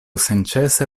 senĉese